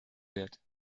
wird